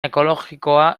ekologikoa